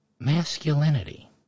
masculinity